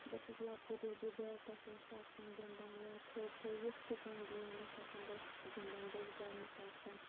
بہٕ ٲسٕس لۄکٕٹ ییٚلہِ بہٕ بیٹَس ٲسٕس آسان گِنٛدان یا کھو کھو یُس تہِ کانٛہہ گیم ٲس آسان بہٕ ٲسٕس گِنٛدان بہٕ ٲسٕس گۄڈٕنٮ۪تھ آسان